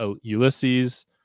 Ulysses